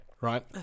right